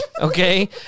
Okay